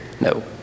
No